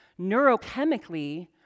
neurochemically